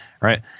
right